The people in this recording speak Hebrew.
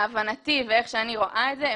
להבנתי ואיך שאני רואה את זה,